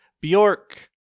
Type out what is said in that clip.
Bjork